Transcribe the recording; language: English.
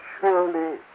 Surely